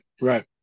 right